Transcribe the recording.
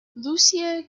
lucia